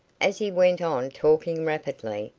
as he went on talking rapidly,